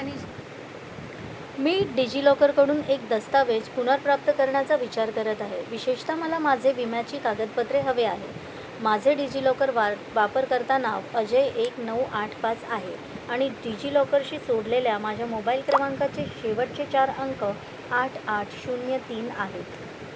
आणि मी डिजिलॉकरकडून एक दस्तऐवज पुनर्प्राप्त करण्याचा विचार करत आहे विशेषतः मला माझे विम्याची कागदपत्रे हवे आहे माझे डिजिलॉकर वा वापरकर्ता नाव अजय एक नऊ आठ पाच आहे आणि डिजिलॉकरशी सोडलेल्या माझ्या मोबाईल क्रमांकाचे शेवटचे चार अंक आठ आठ शून्य तीन आहेत